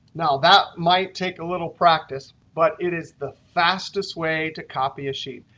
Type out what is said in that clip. now, that might take a little practice, but it is the fastest way to copy a sheet.